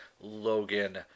Logan